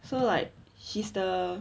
so like she's the